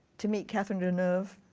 to meet catherine deneuve,